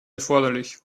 erforderlich